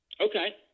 Okay